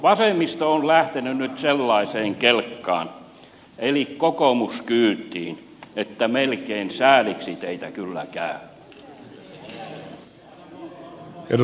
vasemmisto on lähtenyt nyt sellaiseen kelkkaan eli kokoomuskyytiin että melkein sääliksi teitä kyllä käy